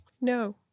No